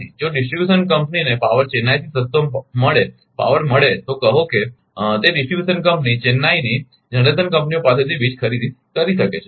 જો ડિસ્ટ્રિબ્યુશન કંપનીને પાવર ચેન્નાઈથી સસ્તો પાવર મળે તો કહો કે તે ડિસ્ટ્રીબ્યુશન કંપની ચેન્નઈનની જનરેશન કંપનીઓ પાસેથી વીજ ખરીદી કરી શકે છે